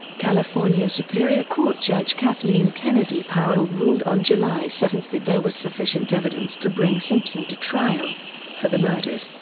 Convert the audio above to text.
california superior court judge kathleen kennedy-powell ruled on july seven that there was sufficient evidence to bring simpson to trial for the murders.